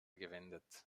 gewendet